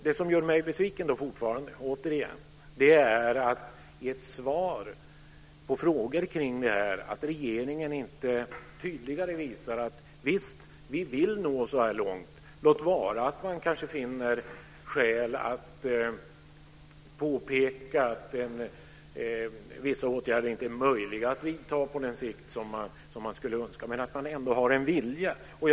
Det som gör mig besviken är att regeringen i sitt svar inte tydligare visar att man vill nå så långt, låt vara att man finner skäl att påpeka att vissa åtgärder inte är möjliga att vidta på den tid som man skulle önska. Men man bör ändå visa att man har viljan.